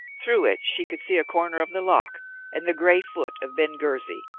through it she could see a corner of the loch and the grey foot of ben ghusy,